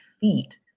feet